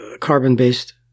carbon-based